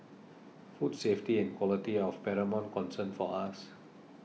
food safety and quality are of paramount concern for us